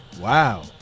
Wow